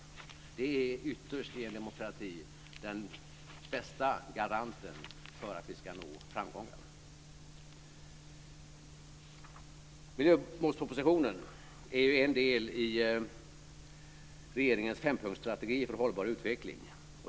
Det är ytterst i en demokrati den bästa garanten för att vi ska nå framgångar. Miljömålspropositionen är ju en del i regeringens fempunktsstrategi för hållbar utveckling.